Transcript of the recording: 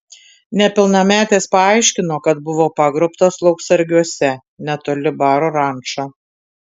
nepilnametės paaiškino kad buvo pagrobtos lauksargiuose netoli baro ranča